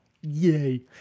Yay